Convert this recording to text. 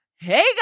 Hey